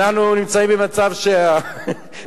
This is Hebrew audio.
אנחנו נמצאים במצב שהשטחים,